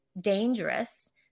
dangerous